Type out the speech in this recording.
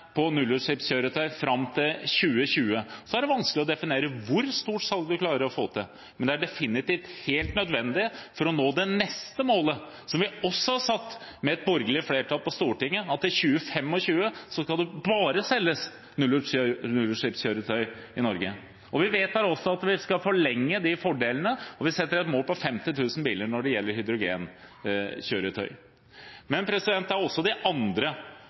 på nullutslippskjøretøy fram til 2020. Det er vanskelig å definere hvor stort salg vi klarer å få til, men det er definitivt helt nødvendig for å nå det neste målet, som vi også har satt oss med et borgerlig flertall på Stortinget, at i 2025 skal det bare selges nullutslippskjøretøy i Norge. Vi vedtar også at vi skal forlenge de fordelene, og vi setter oss et mål om 50 000 biler når det gjelder hydrogenkjøretøy. Men det er også det andre.